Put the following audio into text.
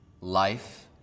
life